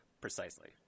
precisely